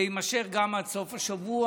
זה יימשך גם עד סוף השבוע.